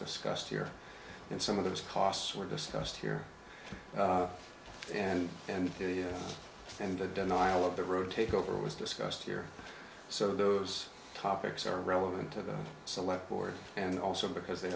discussed here and some of those costs were discussed here and and and the denial of the road take over was discussed here so those topics are relevant to the select board and also because they